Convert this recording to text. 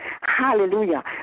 hallelujah